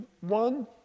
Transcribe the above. one